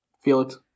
Felix